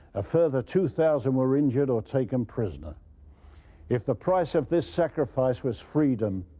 a further two thousand were injured or taken prisoner if the price of this sacrifice was freedom,